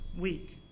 week